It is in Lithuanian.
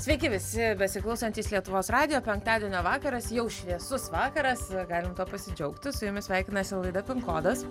sveiki visi besiklausantys lietuvos radijo penktadienio vakaras jau šviesus vakaras galim pasidžiaugti su jumis sveikinasi laida kodas